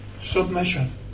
submission